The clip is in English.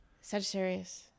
Sagittarius